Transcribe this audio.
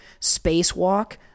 spacewalk